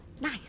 Nice